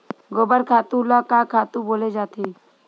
गोबर खातु ल का खातु बोले जाथे?